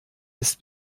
ist